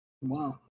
Wow